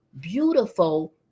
beautiful